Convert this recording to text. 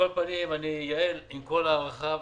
עם כל ההערכה,